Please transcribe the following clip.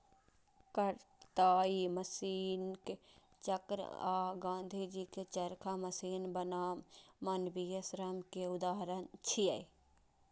कताइ मशीनक चक्र आ गांधीजी के चरखा मशीन बनाम मानवीय श्रम के उदाहरण छियै